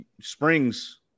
springs